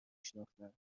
شناختند